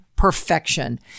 Perfection